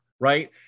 right